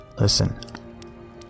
Listen